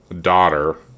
daughter